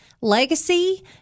Legacy